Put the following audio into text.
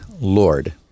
Lord